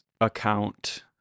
account